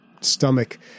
stomach